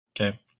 Okay